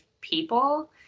people